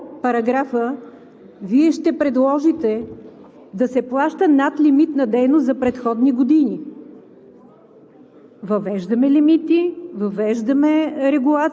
на дейности и така нататък. И само след няколко параграфа Вие ще предложите да се плаща надлимитна дейност за предходни години.